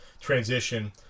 transition